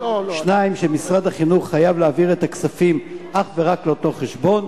2. משרד החינוך חייב להעביר את הכספים אך ורק לאותו חשבון,